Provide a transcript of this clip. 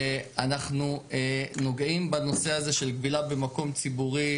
ואנחנו נוגעים בנושא של כבילה במקום ציבורי,